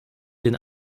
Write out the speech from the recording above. den